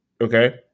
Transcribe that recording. Okay